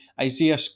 Isaiah